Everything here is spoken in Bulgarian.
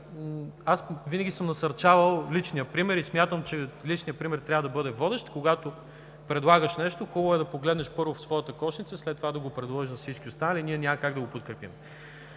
аз винаги съм насърчавал личния пример и смятам, че личният пример трябва да бъде водещ. Когато предлагаш нещо, хубаво е да погледнеш първо в своята кошница, след това да го предложиш на всички останали. Ние няма как да го подкрепим.